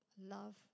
love